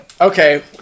Okay